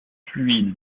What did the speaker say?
fluide